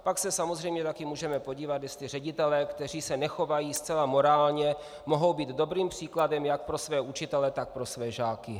Pak se samozřejmě také můžeme podívat, jestli ředitelé, kteří se nechovají zcela morálně, mohou být dobrým příkladem jak pro své učitele, tak pro své žáky.